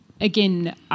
again